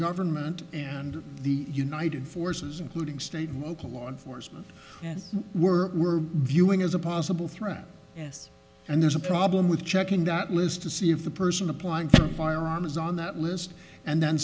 government and the united forces including state and local law enforcement and were were viewing is a possible threat yes and there's a problem with checking that list to see if the person applying for firearm is on the list and then